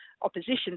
opposition